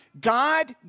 God